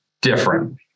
different